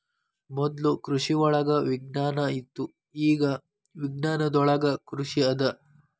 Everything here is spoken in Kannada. ಮೊದ್ಲು ಕೃಷಿವಳಗ ವಿಜ್ಞಾನ ಇತ್ತು ಇಗಾ ವಿಜ್ಞಾನದೊಳಗ ಕೃಷಿ ಅದ